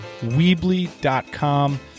Weebly.com